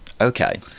Okay